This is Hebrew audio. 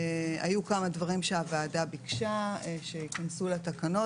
היו כמה דברים שהוועדה ביקשה שייכנסו לתקנות